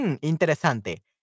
interesante